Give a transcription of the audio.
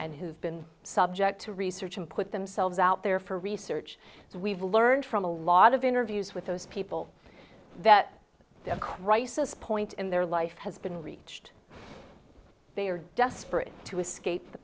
and who've been subject to research and put themselves out there for research we've learned from a lot of interviews with those people that a crisis point in their life has been reached they are desperate to escape the